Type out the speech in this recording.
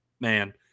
Man